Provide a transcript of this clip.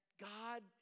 God